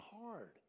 hard